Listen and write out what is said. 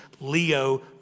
Leo